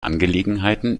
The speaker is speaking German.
angelegenheiten